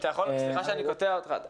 סליחה שאני קוטע אותך.